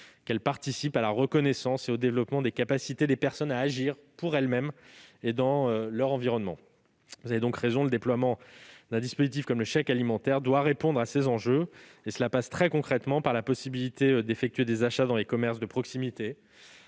elle participe également à la reconnaissance et au développement des capacités des personnes à agir pour elles-mêmes, dans leur environnement. Vous avez donc raison : le déploiement d'un dispositif comme le chèque alimentaire doit répondre à ces enjeux, ce qui passe, très concrètement, par la possibilité d'effectuer des achats dans les commerces de proximité.